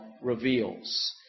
reveals